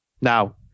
Now